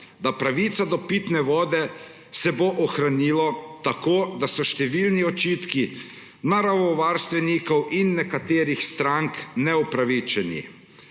bo pravica do pitne vode ohranila, tako da so številni očitki naravovarstvenikov in nekaterih strank neupravičeni.